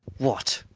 what,